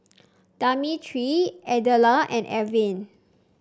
Demetri Edla and Elvin